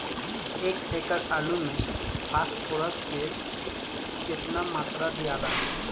एक एकड़ आलू मे फास्फोरस के केतना मात्रा दियाला?